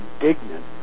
indignant